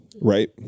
Right